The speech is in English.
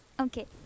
Okay